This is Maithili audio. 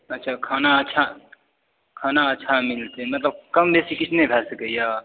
अच्छा खाना अच्छा मिलतै खाना अच्छा कम बेसी किछु नहि भए सकैया